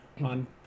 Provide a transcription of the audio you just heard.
on